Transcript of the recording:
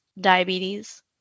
diabetes